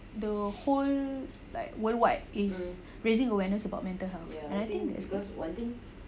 the whole like worldwide is raising awareness about mental health I think because